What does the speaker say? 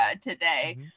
today